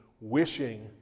wishing